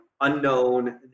unknown